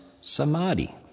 samadhi